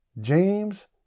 James